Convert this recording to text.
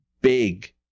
big